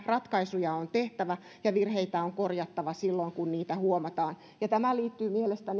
ratkaisuja on tehtävä ja virheitä on korjattava silloin kun niitä huomataan tämä liittyy mielestäni